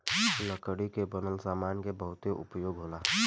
लकड़ी के बनल सामान के बहुते उपयोग होला